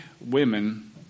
women